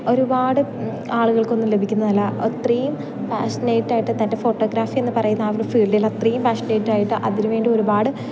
ഒരുപാട് ആളുകൾക്കൊന്നും ലഭിക്കുന്നതല്ല അത്രയും പാഷനേറ്റായിട്ട് തൻ്റെ ഫോട്ടോഗ്രാഫി എന്നു പറയുന്ന ആ ഒരു ഫീൽഡിൽ അത്രയും പാഷനേറ്റായിട്ട് അതിനു വേണ്ടി ഒരുപാട്